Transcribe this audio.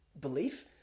belief